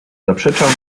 zaprzeczam